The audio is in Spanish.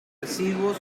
residuos